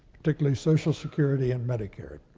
particularly social security and medicare.